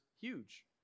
huge